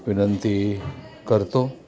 विनंती करतो